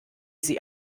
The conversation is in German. sie